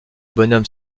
bonhomme